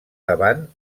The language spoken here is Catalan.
davant